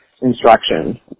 instruction